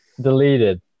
deleted